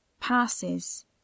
passes